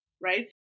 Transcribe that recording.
right